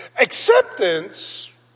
Acceptance